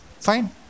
Fine